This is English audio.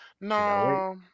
No